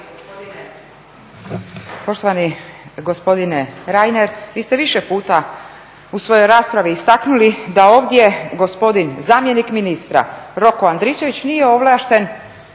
Poštovani gospodine Reiner, vi ste više puta u svojoj raspravi istaknuli da ovdje gospodin zamjenik ministra, Roko Andričević, nije ovlašten